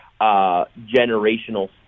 generational